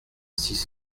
six